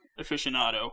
aficionado